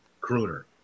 crooner